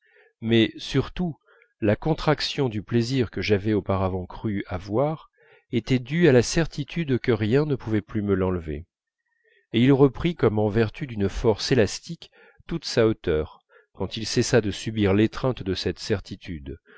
mais surtout la contraction du plaisir que j'avais auparavant cru avoir était due à la certitude que rien ne pouvait plus me l'enlever et il reprit comme en vertu d'une force élastique toute sa hauteur quand il cessa de subir l'étreinte de cette certitude